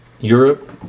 Europe